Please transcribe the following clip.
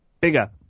bigger